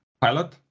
pilot